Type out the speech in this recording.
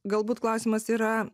galbūt klausimas yra